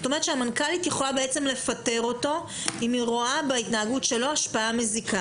כלומר המנכ"לית יכולה לפטר אותו אם היא רואה בהתנהגות שלו השפעה מזיקה.